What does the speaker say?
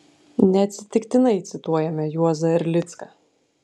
neatsitiktinai cituojame juozą erlicką